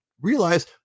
realize